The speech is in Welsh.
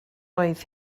oedd